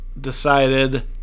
decided